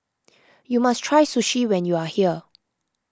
you must try sushi when you are here